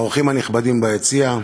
האורחים הנכבדים ביציע,